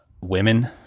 women